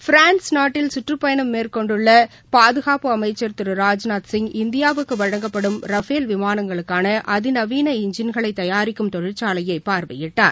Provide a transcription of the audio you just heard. France நாட்டில் சுற்றுப்பயணம் மேற்கொண்டுள்ள பாதுகாப்பு அமைச்சர் திரு ராஜ்நாத் சிங் இந்தியாவுக்கு வழங்கப்படும் ரஃபேல் விமாளங்களுக்கான அதிநவீள எஞ்ஜின்களை தயாரிக்கும் தொழிற்சாலையை பார்வையிட்டார்